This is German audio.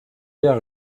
jahre